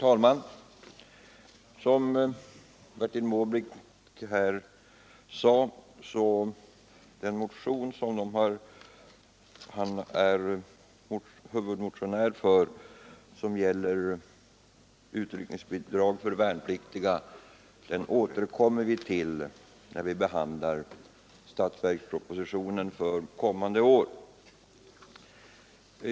Herr talman! Den motion angående utryckningsbidraget till värnpliktiga, för vilken herr Måbrink står som huvudmotionär, återkommer vi till, såsom herr Måbrink sade, vid behandlingen av statsverkspropositionen avseende nästa budgetår.